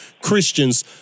Christians